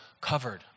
covered